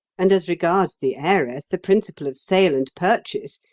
and as regards the heiress, the principle of sale and purchase,